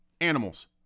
animals